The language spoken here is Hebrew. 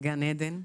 גן עדן.